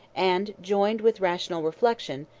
and, joined with rational reflection,